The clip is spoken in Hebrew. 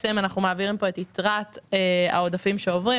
אנחנו מעבירים פה את יתרת העודפים שעוברים,